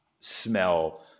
smell